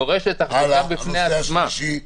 היא דורשת תחזוקה בפני עצמה.